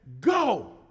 go